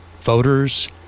voters